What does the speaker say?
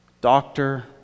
doctor